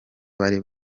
bari